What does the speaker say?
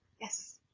Yes